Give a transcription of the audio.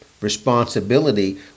Responsibility